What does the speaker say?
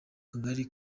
kagari